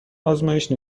آزمایش